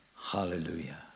Hallelujah